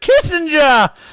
kissinger